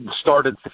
started